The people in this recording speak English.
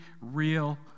real